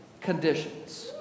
conditions